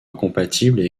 incompatibles